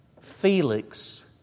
Felix